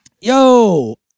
Yo